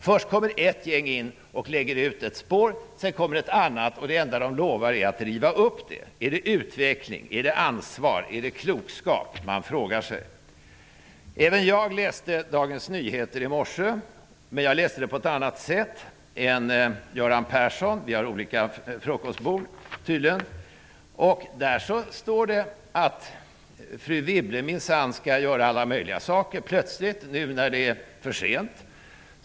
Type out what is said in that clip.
Först kommer ett gäng in och lägger ut ett spår, och sedan kommer ett annat gäng och lovar att riva upp spåret. Är detta utveckling, ansvar eller klokskap? Man undrar. Även jag läste Dagens Nyheter i morse. Men jag läste tidningen på ett annat sätt än Göran Persson. Vi har tydligen olika frukostbord. I tidningen står att fru Wibble minsann plötsligt skall göra alla möjliga saker, nu när det är för sent.